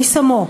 מי שמו?